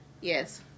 Yes